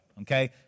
okay